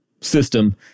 system